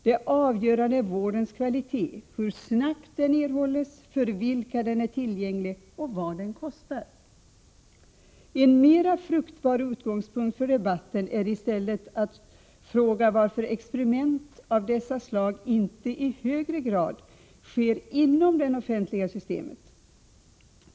Det avgörande är vårdens kvalitet, hur snabbt den erhålles, för vilka den är tillgänglig och vad den kostar. En mera fruktbar utgångspunkt för debatten är i stället att fråga varför experiment av dessa slag inte i högre grad sker inom det offentliga systemet.